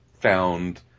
found